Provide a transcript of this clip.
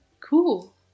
Cool